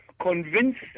convinced